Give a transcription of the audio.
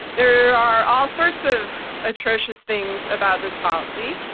there are all sorts of atrocious things about this policy.